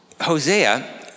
Hosea